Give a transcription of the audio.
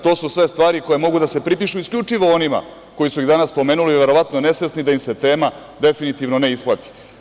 To su sve stvari koje mogu da se pripišu isključivo onima koji su ih danas spomenuli, verovatno nesvesni da im se tema definitivno ne isplati.